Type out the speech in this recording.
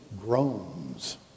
groans